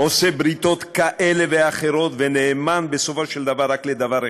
עושה בריתות כאלה ואחרות ונאמן בסופו של דבר רק לדבר אחד,